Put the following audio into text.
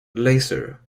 laser